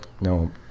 no